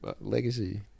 Legacy